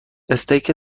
استیک